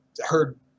heard